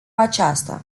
aceasta